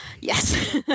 Yes